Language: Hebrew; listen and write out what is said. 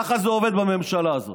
ככה זה עובד בממשלה הזאת.